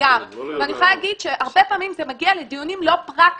ואני יכולה להגיד שהרבה פעמים זה מגיע לדיונים לא פרקטיים,